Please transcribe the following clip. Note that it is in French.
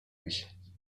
lui